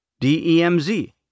DEMZ